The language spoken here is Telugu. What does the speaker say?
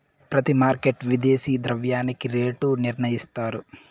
ప్రతి మార్కెట్ విదేశీ ద్రవ్యానికి రేటు నిర్ణయిస్తాయి